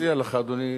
אני מציע לך, אדוני